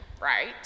right